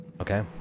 Okay